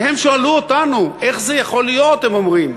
והם שאלו אותנו: איך זה יכול להיות, הם אומרים,